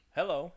Hello